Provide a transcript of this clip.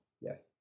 yes